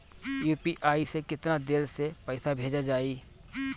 UPI से केतना देर मे पईसा भेजा जाई?